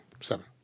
seven